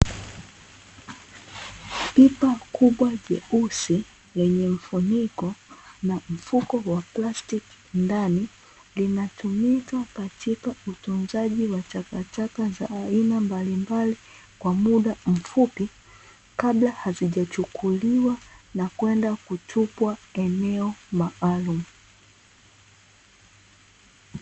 Pipa kubwa jeusi lenye mfuniko na mfuko wa plastiki ndani, linatumika katika utunzaji wa takataka za aina mbalimbali kwa muda mfupi, kabla hazijachukuliwa na kwenda kutupwa eneo maalumu.